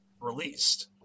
released